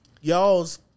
Y'all's